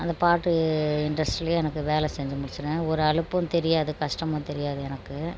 அந்த பாட்டு இன்ட்ரெஸ்ட்லயே எனக்கு வேலை செஞ்சு முடிச்சிவிடுவேன் ஒரு அலுப்பு தெரியாது கஷ்டமும் தெரியாது எனக்கு